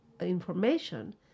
information